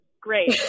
Great